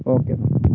okay